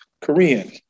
Korean